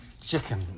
Chicken